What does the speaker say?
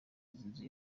inzu